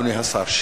אדוני השר,